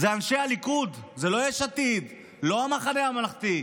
זה אנשי הליכוד, זה לא יש עתיד, לא המחנה הממלכתי.